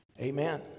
amen